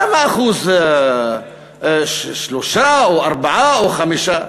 למה 3% או 4% או 5%?